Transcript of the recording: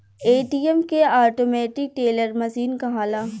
ATM के automatic teller machine कहाला